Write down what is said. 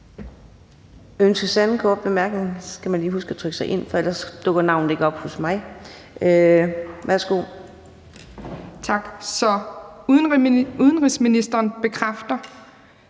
Ønskes den anden korte bemærkning? Så skal man lige huske at trykke sig ind, for ellers dukker navnet ikke op hos mig. Værsgo. Kl. 11:55 Helene